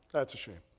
that's a shame.